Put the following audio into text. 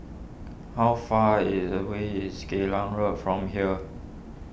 how far is away is Geylang Road from here